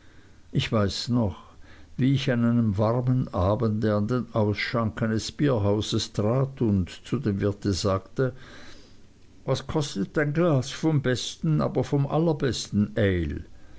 ich weiß noch wie ich an einem warmen abende an den ausschank eines bierhauses trat und zu dem wirte sagte was kostet ein glas vom besten aber vom allerbesten